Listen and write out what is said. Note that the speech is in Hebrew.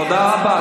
תודה רבה.